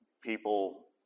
People